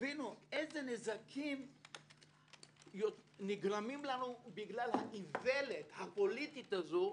תבינו אילו נזקים נגרמים לנו בגלל האיוולת הפוליטית הזו.